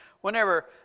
whenever